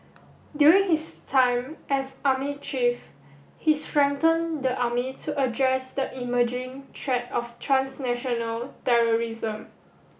during his time as army chief he strengthened the army to address the emerging threat of transnational terrorism